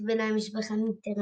את בני משפחת מיטראן.